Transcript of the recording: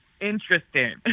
Interesting